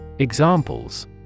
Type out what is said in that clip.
Examples